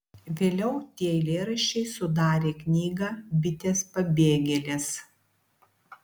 vėliau tie eilėraščiai sudarė knygą bitės pabėgėlės